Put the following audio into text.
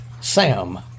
Sam